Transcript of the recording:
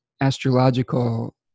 astrological